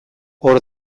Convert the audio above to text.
hor